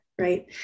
right